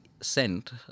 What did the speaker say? sent